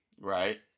right